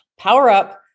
powerup